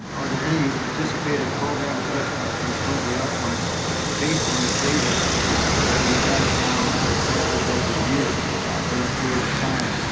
are there any anticipated program adjustments to improve the outcomes based on the data that we've had now that we've collected over a year for that period of time,